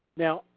now